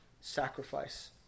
sacrifice